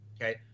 Okay